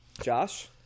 Josh